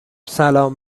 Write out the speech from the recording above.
سلام